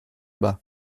bas